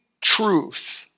truth